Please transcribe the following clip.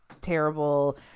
terrible